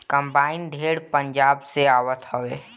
combine ढेर पंजाब से आवत हवे